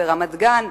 ברמת-גן.